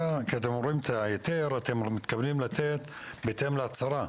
כי אתם אומרים שאת ההיתר אתם מתכוונים לתת בהתאם להצהרה.